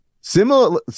similar